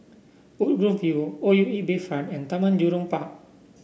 Woodgrove View O U E Bayfront and Taman Jurong Park